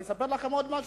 אני אספר לכם משהו.